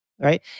right